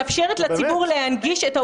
היא מאפשרת ומחייבת את פיקוח הכנסת,